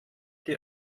die